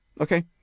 Okay